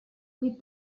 with